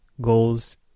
goals